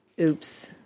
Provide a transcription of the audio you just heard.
Oops